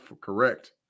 correct